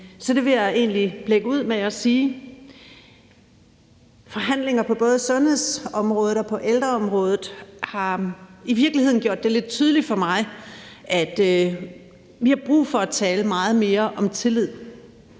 så det vil jeg egentlig lægge ud med at sige. Forhandlinger på både sundhedsområdet og på ældreområdet har i virkeligheden gjort det tydeligt for mig, at vi har brug for at tale meget mere om tillid,